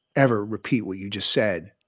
ever repeat what you just said